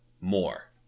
more